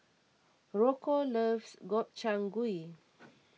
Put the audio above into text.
Rocco loves Gobchang Gui